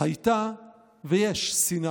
הייתה ויש שנאה,